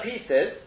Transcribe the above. pieces